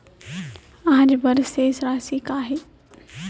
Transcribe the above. आज बर शेष राशि का हे?